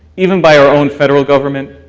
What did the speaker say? even by our own federal government,